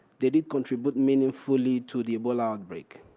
they did contribute i mean and fully to the ebola outbreak.